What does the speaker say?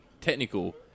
technical